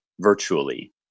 virtually